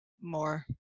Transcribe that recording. more